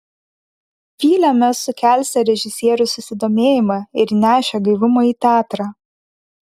vylėmės sukelsią režisierių susidomėjimą ir įnešią gaivumo į teatrą